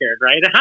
right